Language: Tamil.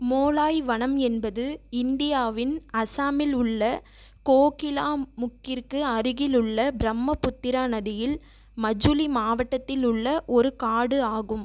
மோலாய் வனம் என்பது இந்தியாவின் அசாமில் உள்ள கோகிலாமுக்கிற்கு அருகிலுள்ள பிரம்மபுத்திரா நதியில் மஜுலி மாவட்டத்தில் உள்ள ஒரு காடு ஆகும்